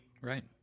Right